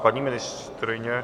Paní ministryně?